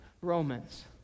Romans